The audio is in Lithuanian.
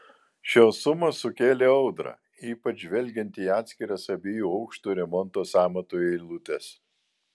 šios sumos sukėlė audrą ypač žvelgiant į atskiras abiejų aukštų remonto sąmatų eilutes